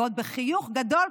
ועוד בחיוך גדול,